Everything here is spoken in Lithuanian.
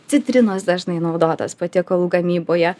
citrinos dažnai naudotos patiekalų gamyboje